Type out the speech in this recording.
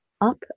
up